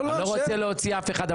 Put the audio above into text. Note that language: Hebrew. אני לא רוצה להוציא אף אחד,